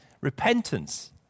repentance